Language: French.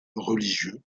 religieux